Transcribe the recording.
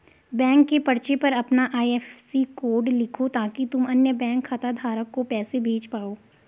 bank के पर्चे पर अपना आई.एफ.एस.सी कोड लिखो ताकि तुम अन्य बैंक खाता धारक को पैसे भेज पाओ